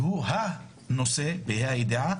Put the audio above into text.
שהוא הנושא ב-ה' הידיעה,